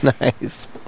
Nice